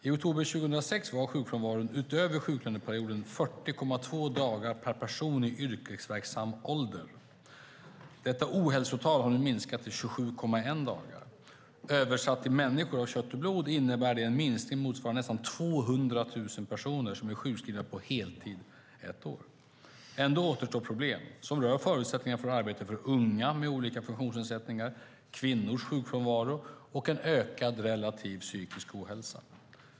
I oktober 2006 var sjukfrånvaron utöver sjuklöneperioder 40,2 dagar per person i yrkesverksam ålder. Detta ohälsotal har nu minskat till 27,1 dagar. Översatt till människor av kött och blod innebär det en minskning motsvarande nästan 200 000 personer som är sjukskrivna på heltid ett år. Ändå återstår problem som rör förutsättningarna för arbete för unga med olika funktionsnedsättningar, kvinnors sjukfrånvaro och en ökad relativ psykisk ohälsa.